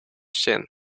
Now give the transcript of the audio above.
chin